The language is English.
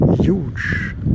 huge